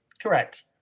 correct